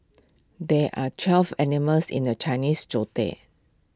there are twelve animals in the Chinese Zodiac